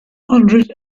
hundred